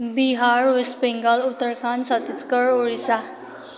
Bihar West Bengal Uttarakhand Chhattisgarh Odisha